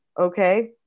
okay